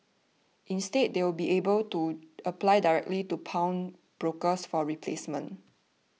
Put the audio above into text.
instead they will be able to apply directly to pawnbrokers for a replacement